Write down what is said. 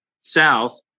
south